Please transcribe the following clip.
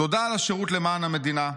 תודה על השירות למען המדינה,